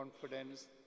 confidence